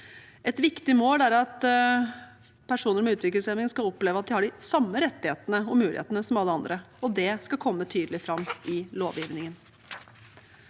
Et viktig mål er at personer med utviklingshemming skal oppleve at de har de samme rettighetene og mulighetene som alle andre, og det skal komme tydelig fram i lovgivningen.